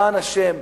למען השם,